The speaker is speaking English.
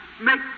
make